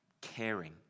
caring